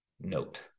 note